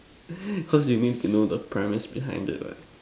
cause you need to know the premise behind it what